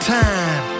time